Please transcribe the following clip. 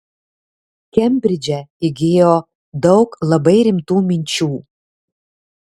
kembridže įgijo daug labai rimtų minčių